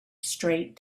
straight